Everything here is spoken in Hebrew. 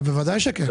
בוודאי שכן.